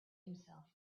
himself